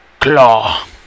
claw